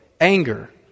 Anger